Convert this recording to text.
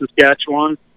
Saskatchewan